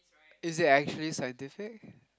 is it actually scientific